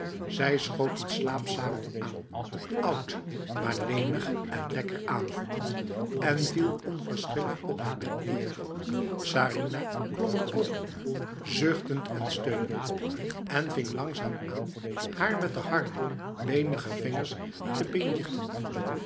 zij schoot een slaapsarong aan oud maar lenig en lekker aanvoelend en viel onverschillig op haar bed neer sarinah klom er ook in zuchtend en steunend en ving langzaam aan haar met de harde benige vingers te